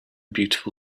beautiful